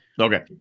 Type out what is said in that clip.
Okay